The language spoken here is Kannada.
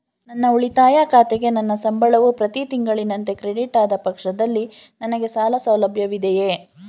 ನನ್ನ ಉಳಿತಾಯ ಖಾತೆಗೆ ನನ್ನ ಸಂಬಳವು ಪ್ರತಿ ತಿಂಗಳಿನಂತೆ ಕ್ರೆಡಿಟ್ ಆದ ಪಕ್ಷದಲ್ಲಿ ನನಗೆ ಸಾಲ ಸೌಲಭ್ಯವಿದೆಯೇ?